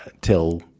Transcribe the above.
till